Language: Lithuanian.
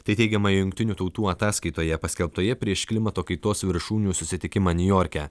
tai teigiama jungtinių tautų ataskaitoje paskelbtoje prieš klimato kaitos viršūnių susitikimą niujorke